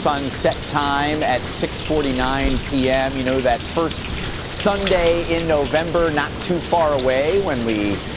sunset time at six forty nine p m. you know that first sunday in november, not too far away when we